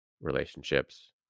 relationships